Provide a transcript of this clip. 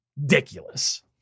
Ridiculous